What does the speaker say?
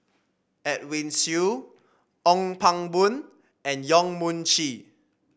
Edwin Siew Ong Pang Boon and Yong Mun Chee